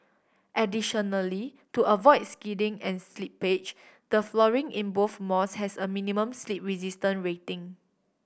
additionally to avoid skidding and slippage the flooring in both malls has a minimum slip resistance rating